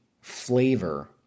flavor